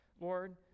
Lord